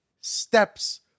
steps